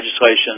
legislation